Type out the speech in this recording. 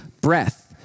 breath